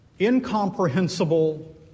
incomprehensible